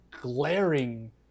glaring